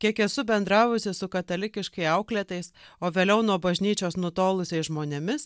kiek esu bendravusi su katalikiškai auklėtais o vėliau nuo bažnyčios nutolusiais žmonėmis